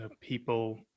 people